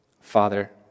Father